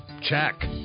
Check